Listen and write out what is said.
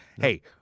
Hey